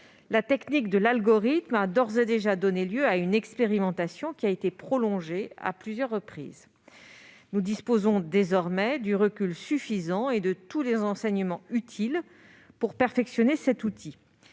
la technique de l'algorithme a d'ores et déjà donné lieu à une expérimentation, qui a été prolongée à plusieurs reprises. Nous disposons désormais du recul suffisant et de tous les enseignements utiles pour perfectionner cet outil.